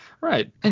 right